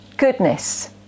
goodness